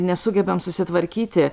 nesugebam susitvarkyti